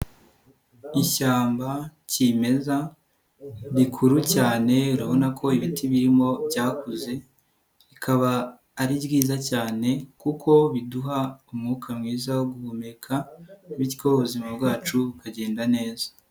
Ishyamba kimeza rikuru cyane urabona ko ibiti birimo byakuze, bikaba ari byiza cyane kuko biduha umwuka mwiza wo guhumeka, bityo ubuzima bwacu bukagenda neza.